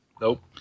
nope